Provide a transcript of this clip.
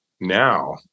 Now